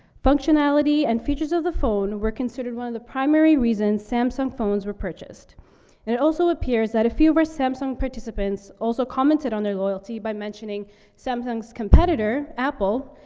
functionality and features of the phone were considered one of the primary reasons samsung phones were purchased. and it also appears that a few of our samsung participants also commented on their loyalty by mentioning samsung's competitor, apple,